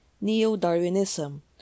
neo-Darwinism